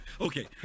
Okay